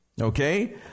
Okay